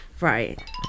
Right